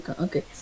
Okay